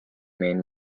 main